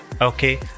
okay